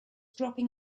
dropping